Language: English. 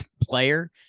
player